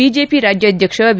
BJP ರಾಜ್ಯಾಧ್ಯಕ್ಷ B